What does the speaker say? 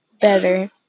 better